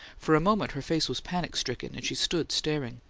for a moment her face was panic-stricken, and she stood staring,